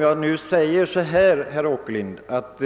Jag menar, herr Åkerlind, att